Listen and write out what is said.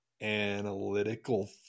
analytical